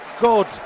good